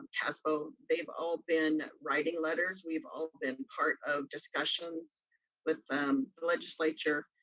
cspo, they've all been writing letters. we've all been part of discussions with um the legislature,